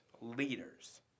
leaders